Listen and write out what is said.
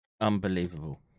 Unbelievable